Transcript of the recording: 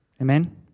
amen